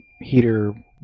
heater